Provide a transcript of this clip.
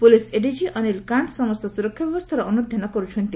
police ADG Anil Kant ସମସ୍ତ ସୁରକ୍ଷା ବ୍ୟବସ୍ଥାର ଅନୁଧ୍ୟାନ କରୁଛନ୍ତି